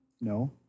no